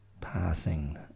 passing